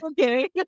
okay